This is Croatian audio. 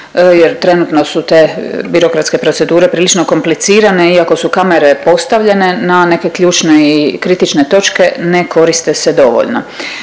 jer trenutno su te birokratske procedure prilično komplicirane iako su kamere postavljene na neke ključne i kritične točke, ne koriste se dovoljno.